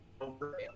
over